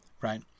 right